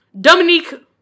Dominique